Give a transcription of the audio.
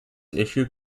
issue